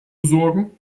sorgen